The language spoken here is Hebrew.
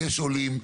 יש עולים,